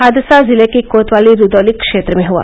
हादसा जिले की कोतवाली रुदौली क्षेत्र में हुआ